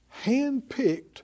handpicked